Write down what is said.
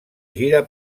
gira